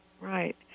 right